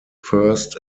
first